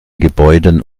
gebäuden